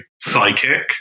psychic